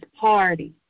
party